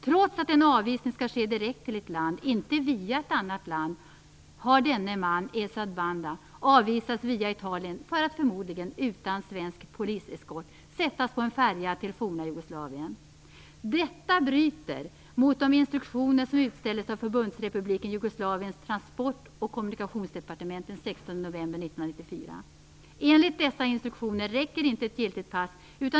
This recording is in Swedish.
Trots att en avvisning skall ske direkt till ett land, och inte via ett annat land har denne man, Esad Banda, avvisats via Italien för att förmodligen utan svensk poliseskort sättas på en färja till det forna Jugoslavien. Detta bryter mot de instruktioner som utställdes av Enligt dessa instruktioner räcker inte ett giltigt pass.